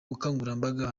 bukangurambaga